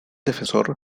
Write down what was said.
defensor